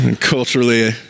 Culturally